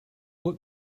what